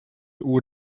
oer